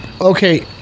okay